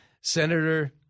Senator